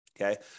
Okay